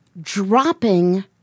dropping